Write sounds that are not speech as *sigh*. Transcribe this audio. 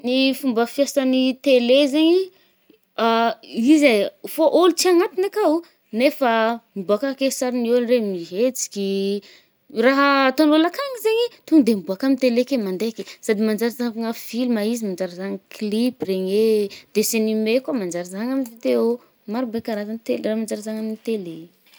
Ny fomba fiasan’ny télé zaigny ih, *hesitation* izy eh fô olo tsy agnatiny akào, nefa *hesitation* mibôka ake sarin’ny olo regny mihetsiky. I rahà atôn’olo akàgny zaigny i, to nde mibôka amy télé ke mande ke. Sady manjary zahàvagna filma izy. Manjary zahàna clip regny eh, dessin nime koà manjary zahàna amy vidéo. Maro be karahan’ télé-raha manjary zahàgna amy télé.